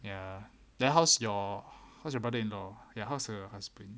ya then how's your how's your brother in law ya how's her husband